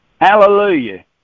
Hallelujah